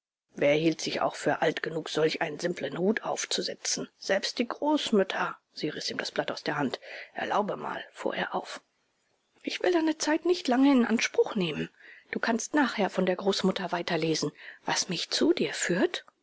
wer hielte sich auch für alt genug solch einen simplen hut aufzusetzen selbst die großmütter sie riß ihm das blatt aus der hand erlaube mal fuhr er auf ich will deine zeit nicht lange in anspruch nehmen du kannst nachher von der großmutter weiterlesen was mich zu dir führt